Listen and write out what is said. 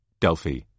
Delphi